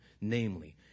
namely